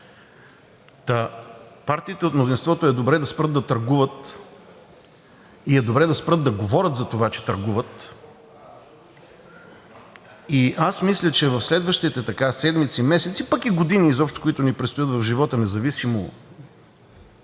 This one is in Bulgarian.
партиите от мнозинството е добре да спрат да търгуват и е добре да спрат да говорят за това, че търгуват. Аз мисля, че в следващите седмици, месеци, пък и години изобщо, които ни предстоят в живота, независимо